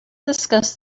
discuss